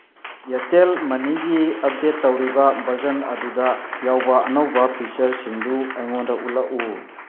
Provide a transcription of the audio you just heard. Airtel ꯃꯅꯤꯒꯤ update ꯇꯧꯔꯤꯕ version ꯑꯗꯨꯗ ꯌꯥꯎꯕ ꯑꯅꯧꯕ ꯐꯤꯆꯔꯁꯁꯤꯡꯗꯨ ꯑꯩꯉꯣꯟꯗ ꯎꯠꯂꯛꯎ